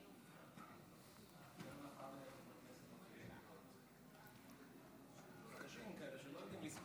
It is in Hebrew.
באמת לא מובן למה הדברים הראשונים שהוא יצא